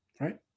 Right